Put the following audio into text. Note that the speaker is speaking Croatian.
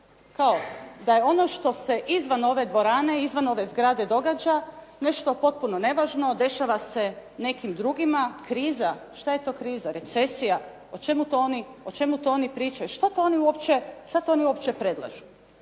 to da je ono što se izvan ove dvorane, izvan ove zgrade događa nešto potpuno nevažno. Dešava se nekim drugima. Kriza. Šta je to kriza? Recesija. O čemu to oni pričaju? Šta to oni uopće predlažu?